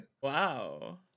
Wow